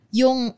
yung